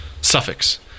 suffix